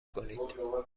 کنید